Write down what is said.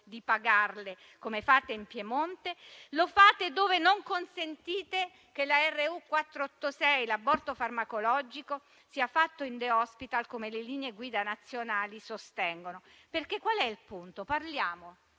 di pagarle come fate in Piemonte), lo fate dove non consentite che l'aborto farmacologico con RU486 sia fatto in *day hospital*, come le linee guida nazionali sostengono. Qual è il punto? Parliamo,